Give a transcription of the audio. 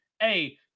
Hey